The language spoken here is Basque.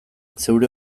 zeure